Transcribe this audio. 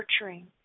nurturing